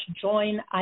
join